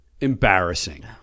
embarrassing